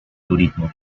turismo